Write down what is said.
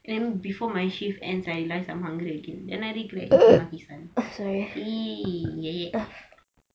and before my shift ends I realise I am hungry again and I regret eating Maki-San !ee! !yay! !yay!